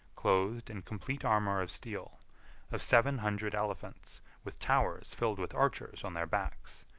clothed in complete armor of steel of seven hundred elephants, with towers filled with archers on their backs,